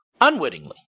unwittingly